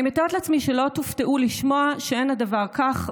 אני מתארת לעצמי שלא תופתעו לשמוע שאין הדבר כך,